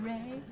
Ray